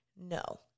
No